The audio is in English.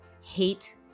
hate